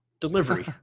delivery